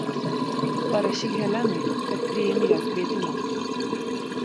parašyk helenai kad priimi jos kvietimą